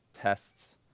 tests